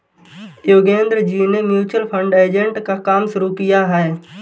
योगेंद्र जी ने mutual fund agent का काम शुरू किया है